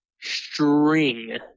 string